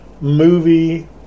movie